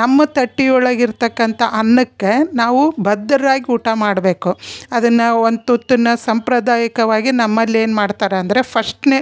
ನಮ್ಮ ತಟ್ಟೆ ಒಳಗೆ ಇರ್ತಕ್ಕಂಥ ಅನ್ನಕ್ಕೆ ನಾವು ಬದ್ಧರಾಗಿ ಊಟ ಮಾಡಬೇಕು ಅದನ್ನು ಒಂದು ತುತ್ತನ್ನು ಸಾಂಪ್ರದಾಯಿಕವಾಗಿ ನಮ್ಮಲ್ಲಿ ಏನು ಮಾಡ್ತಾರ ಅಂದರೆ ಫಸ್ಟ್ನೆ